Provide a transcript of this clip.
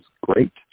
great